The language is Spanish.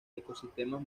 ecosistemas